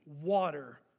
water